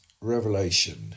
Revelation